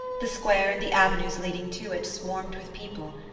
the square and the avenues leading to it swarmed with people,